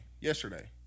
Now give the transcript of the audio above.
yesterday